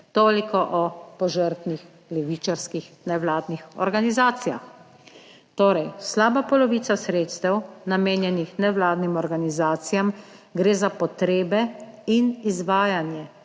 Toliko o požrtnih levičarskih nevladnih organizacijah. Torej, slaba polovica sredstev namenjenih nevladnim organizacijam gre za potrebe in izvajanje